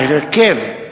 ההרכב,